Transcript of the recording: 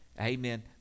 amen